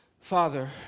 Father